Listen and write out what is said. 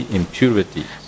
impurities